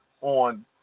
on